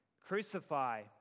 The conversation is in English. Crucify